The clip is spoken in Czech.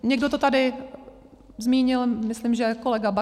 Někdo to tady zmínil, myslím, že kolega Baxa.